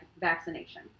vaccination